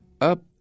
Up